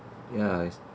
ya I